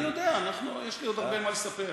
אני יודע, יש לי עוד הרבה מה לספר.